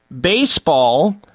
baseball